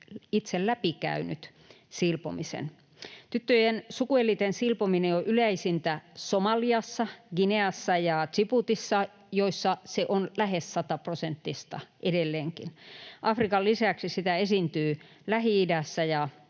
itse läpikäynyt silpomisen. Tyttöjen sukuelinten silpominen on yleisintä Somaliassa, Guineassa ja Djiboutissa, joissa se on lähes sataprosenttista edelleenkin. Afrikan lisäksi sitä esiintyy Lähi-idässä ja